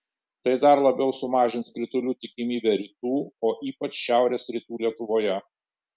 tai dar labiau sumažins kritulių tikimybę rytų o ypač šiaurės rytų lietuvoje